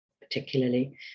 particularly